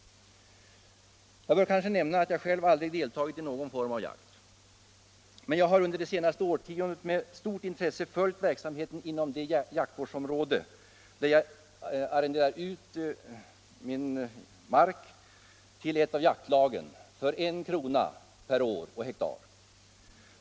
Jag bör kanske nämna att jag själv aldrig deltagit i någon form av jakt. Men jag har under det senaste årtiondet med stort intresse följt verksamheten inom det jaktvårdsområde, där jag arrenderar ut min mark till ett av jaktlagen för 1 kr. per hektar och år.